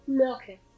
Okay